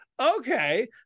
okay